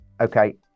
okay